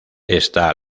está